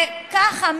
ככה,